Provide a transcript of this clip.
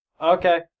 okay